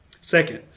Second